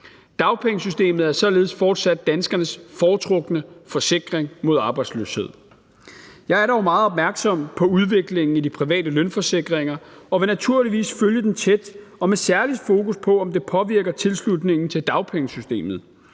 Dagpengesystemet er således fortsat danskernes foretrukne forsikring mod arbejdsløshed. Jeg er dog meget opmærksom på udviklingen i de private lønforsikringer og vil naturligvis følge den tæt – og med særlig fokus på, om det påvirker tilslutningen til dagpengesystemet.